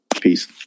Peace